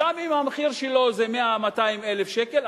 גם אם המחיר שלו הוא 100,000 200,000 שקל.